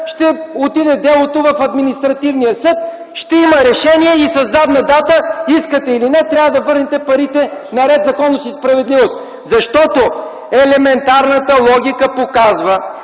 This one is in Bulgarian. ще отиде в Административния съд, ще има решение и със задна дата, искате или не, трябва да върнете парите на „Ред, законност и справедливост”! Елементарната логика показва,